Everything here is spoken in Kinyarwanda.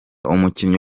umukinnyi